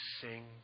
sing